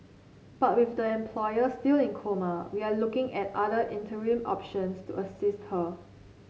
but with the employer still in coma we are looking at other interim options to assist her